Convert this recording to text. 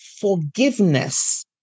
forgiveness